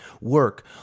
work